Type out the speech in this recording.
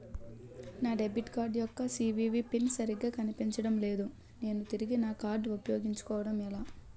నా debit card యెక్క CVV PIN సరిగా కనిపించడం లేదు నేను తిరిగి నా కార్డ్ఉ పయోగించుకోవడం ఎలా?